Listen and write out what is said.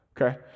Okay